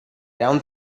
down